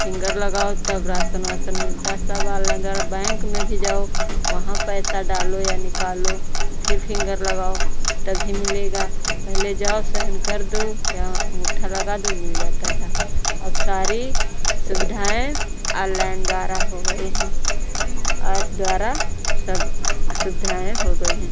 finger लगाओ तब राशन वाशन मिलता है सब ऑनलाइन द्वारा बैंक में भी जाओ वहाँ पैसा डालो या निकालो फिर फिन्गर लगाओ तभी मिलेगा पहले जाओ साइन कर दो या अँगूठा लगा दो मिल जाता था अब सारी सुविधाएँ ऑनलाइन द्वारा हो गई हैं ऐप द्वारा सब सुविधाएँ हो गई हैं